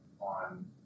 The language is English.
on